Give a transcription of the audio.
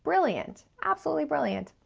brilliant, absolutely brilliant.